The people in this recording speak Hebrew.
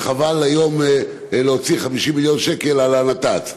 וחבל היום להוציא 50 מיליון שקל על הנת"צ.